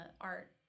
art